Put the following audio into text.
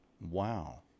Wow